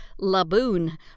laboon